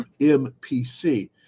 MPC